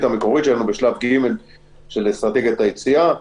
המקורית שלנו בשלב ג' של אסטרטגיית היציאה,